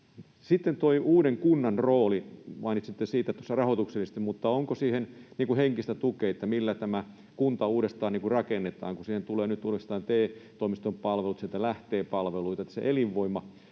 Sitten tuo uuden kunnan rooli: Mainitsitte siitä tuossa rahoituksellisesti, mutta onko siihen henkistä tukea, millä tämä kunta uudestaan rakennetaan — kun siihen tulee nyt uudestaan TE-toimiston palvelut, sieltä lähtee palveluita — että se elinvoiman